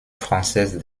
française